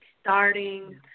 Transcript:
starting